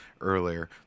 earlier